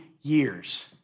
years